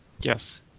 Yes